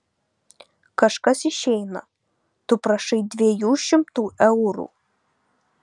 kažkas išeina tu prašai dviejų šimtų eurų